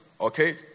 okay